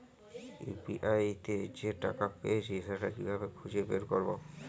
UPI তে যে টাকা পেয়েছি সেটা কিভাবে খুঁজে বের করবো?